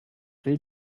will